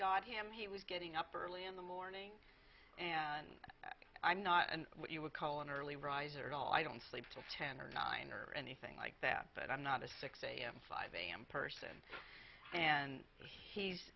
got him he was getting up early in the movie and i'm not a what you would call an early riser at all i don't sleep til ten or nine or anything like that but i'm not a sixty five am person and he's